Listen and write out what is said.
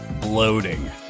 bloating